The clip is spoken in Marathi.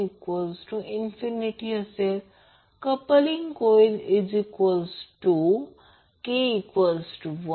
coupling coefficient equal to k1 3